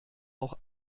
auch